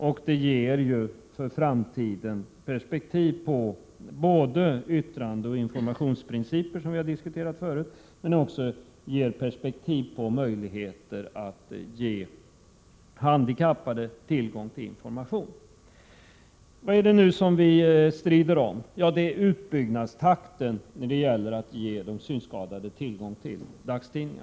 Detta ger ju perspektiv på framtiden både när det gäller yttrandefrihetsoch informationsfrihetsprinciper, som vi har diskuterat här tidigare. Det ger också perspektiv på de möjligheter som kan komma att finnas när det gäller att ge handikappade tillgång till dagstidningar. Vad är det som vi nu strider om? Jo, det är om utbyggnadstakten när det gäller att ge de synskadade tillgång till dagstidningar.